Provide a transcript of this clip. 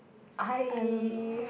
I